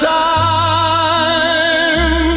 time